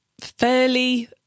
fairly